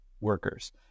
workers